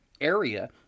area